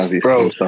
Bro